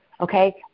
okay